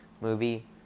movie